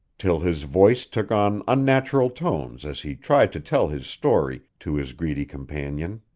till his voice took on unnatural tones as he tried to tell his story to his greedy companion.